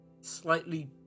slightly